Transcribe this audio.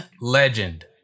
legend